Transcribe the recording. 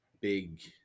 big